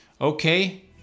okay